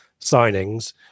signings